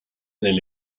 del